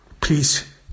Please